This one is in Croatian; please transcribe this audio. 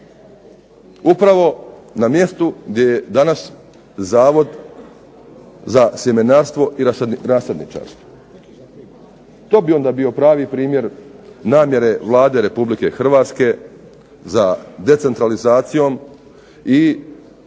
upravo na mjestu gdje je danas Zavod za sjemenarstvo i rasadničarstvo. To bi onda bio pravi primjer namjere Vlade Republike Hrvatske za decentralizacijom, i to